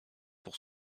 pour